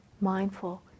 mindful